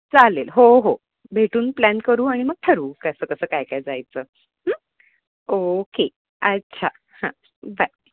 चालेल हो हो भेटून प्लॅन करू आणि मग ठरवू कसं कसं काय काय जायचं ओके अच्छा हां बाय